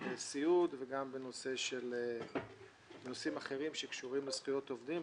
סיעוד וגם בנושאים אחרים שקשורים לזכויות עובדים,